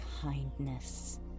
kindness